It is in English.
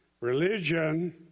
religion